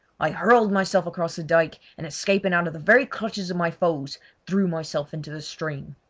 i hurled myself across the dyke, and escaping out of the very clutches of my foes threw myself into the stream.